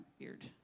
weird